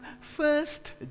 first